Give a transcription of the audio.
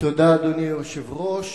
אדוני היושב-ראש,